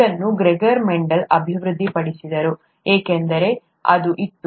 ಇದನ್ನು Gregor Mendel ಅಭಿವೃದ್ಧಿಪಡಿಸಿದರು ಏಕೆಂದರೆ ಅದು ಇತ್ತು